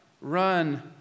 run